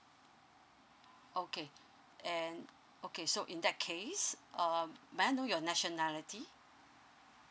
okay and okay so in that case um may I know your nationality